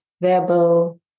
Verbo